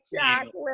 chocolate